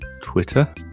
Twitter